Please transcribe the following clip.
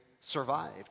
survived